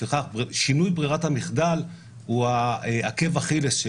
לפיכך שינוי ברירת המחדל הוא העקב אכילס של